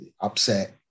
upset